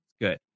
Good